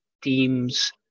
teams